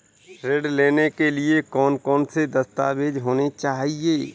ऋण लेने के लिए कौन कौन से दस्तावेज होने चाहिए?